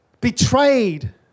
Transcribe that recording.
betrayed